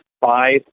five